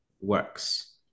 works